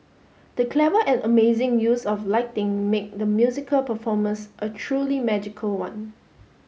the clever and amazing use of lighting make the musical performance a truly magical one